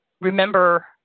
remember